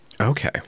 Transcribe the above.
Okay